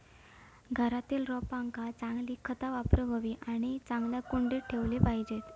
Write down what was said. घरातील रोपांका चांगली खता वापरूक हवी आणि चांगल्या कुंडीत ठेवली पाहिजेत